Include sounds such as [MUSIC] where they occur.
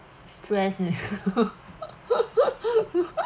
stress leh [LAUGHS]